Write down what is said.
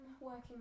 working